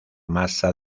masa